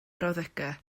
brawddegau